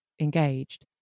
engaged